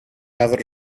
other